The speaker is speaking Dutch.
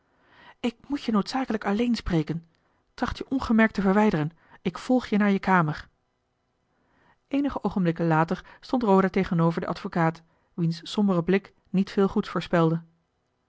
ik moet je noodzakelijk alleen spreken tracht je ongemerkt te verwijderen ik volg je naar je kamer eenige oogenblikken later stond roda tegenover den advocaat wiens sombere blik niet veel goeds